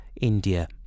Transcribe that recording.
India